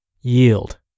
Yield